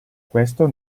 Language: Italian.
questo